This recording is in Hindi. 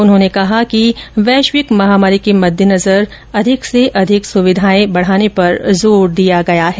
उन्होंने कहा कि वैश्विक महामारी के मद्देनजर अधिक से अधिक सुविधाएं बढाने पर जोर दिया गया है